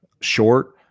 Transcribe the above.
short